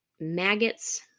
Maggots